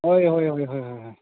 ꯍꯣꯏ ꯍꯣꯏ ꯍꯣꯏ ꯍꯣꯏ